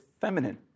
feminine